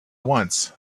once